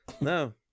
No